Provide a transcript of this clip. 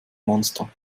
monster